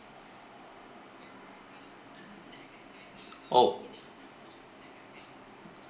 oh